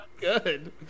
Good